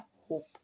hope